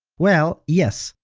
well, yes,